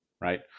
right